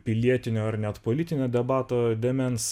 pilietinio ar net politinio debato dėmens